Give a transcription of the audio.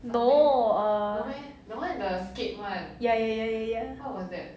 no err ya ya ya ya